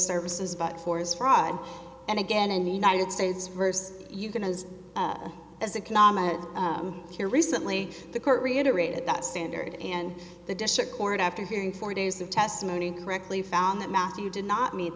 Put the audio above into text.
services but for his fraud and again and united states verse you can is as a comma here recently the court reiterated that standard and the district court after hearing four days of testimony correctly found that matthew did not meet